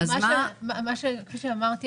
כפי שאמרתי,